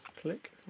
Click